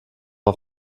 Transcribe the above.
auf